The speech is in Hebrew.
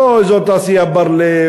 כמו אזור התעשייה בר-לב,